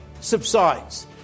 subsides